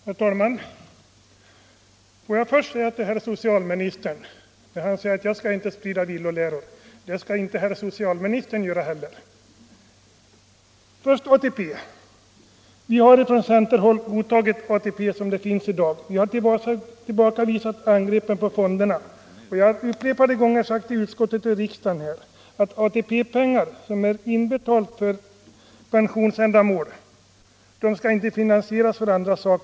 Herr talman! Får jag först säga till herr socialministern, som anser att jag inte skall sprida villoläror, att inte heller socialministern skall göra detta. Vad först beträffar ATP har vi på centerhåll godtagit det ATP-system som i dag tillämpas. Men en bra reform kan bli bättre vilket vi framhållit. Vi har tillbakavisat angreppen på AP-fonderna, och jag har upprepade gånger sagt i socialförsäkringsutskottet att ATP-pengar som är inbetalade för pensionsändamål inte skall användas för att finansiera andra ändamål.